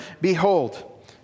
behold